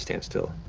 stands still.